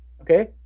Okay